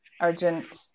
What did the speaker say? urgent